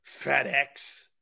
FedEx